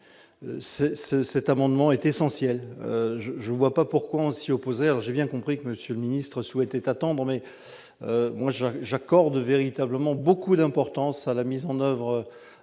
cet amendement est essentiel. Je ne vois pas pourquoi on s'y opposerait. J'ai bien compris que M. le ministre d'État souhaitait attendre, mais, pour ma part, j'accorde vraiment beaucoup d'importance à la mise en oeuvre